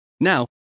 Now